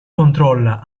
controlla